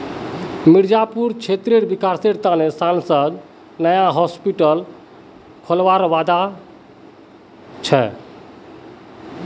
मिर्जापुर क्षेत्रेर विकासेर त न सांसद नया हॉस्पिटल खोलवार वादा छ